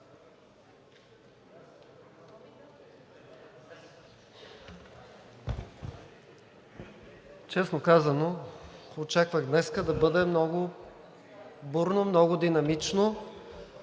Честно казано, очаквах днес да бъде много бурно, много динамично,